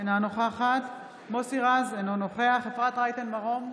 אינה נוכחת מוסי רז, אינו נוכח אפרת רייטן מרום,